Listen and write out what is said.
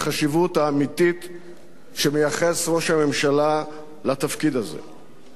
האמיתית שמייחס ראש הממשלה לתפקיד הזה?